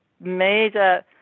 major